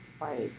Right